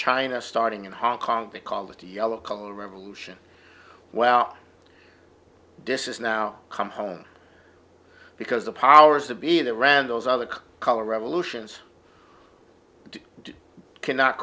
china starting in hong kong they called it the yellow color revolution well this is now come home because the powers that be the randalls other color revolutions